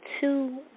two